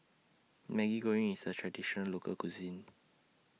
Maggi Goreng IS A Traditional Local Cuisine